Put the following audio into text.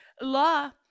law